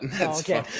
okay